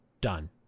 done